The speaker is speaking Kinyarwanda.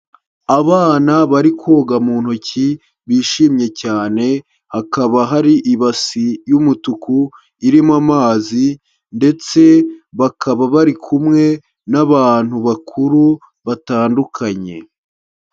Abana bari koga mu ntoki, bishimye cyane, hakaba hari ibasi y'umutuku irimo amazi ndetse bakaba bari kumwe n'abantu bakuru batandukanye.